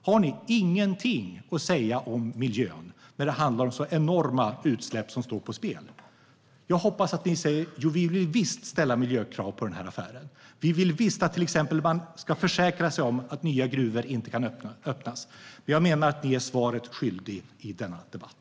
Har ni ingenting att säga om miljön när det handlar om så enorma utsläpp som står på spel? Jag hoppas att ni säger: Jo, vi vill visst ställa miljökrav på den här affären. Vi vill visst att man till exempel ska försäkra sig om att nya gruvor inte kan öppnas. Jag menar att ni är svaret skyldiga i denna debatt.